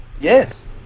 yes